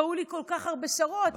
והיו לי כל כך הרבה שרות,